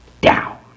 down